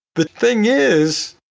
the thing is,